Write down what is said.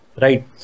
right